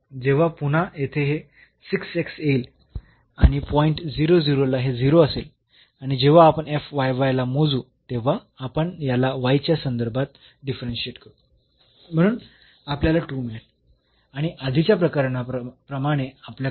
तेव्हा पुन्हा येथे हे येईल आणि पॉईंट ला हे 0 असेल आणि जेव्हा आपण ला मोजू तेव्हा आपण याला च्या संदर्भात डिफरन्शियेट करू म्हणून आपल्याला 2 मिळेल